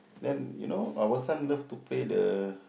then you know our son love to play the